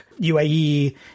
UAE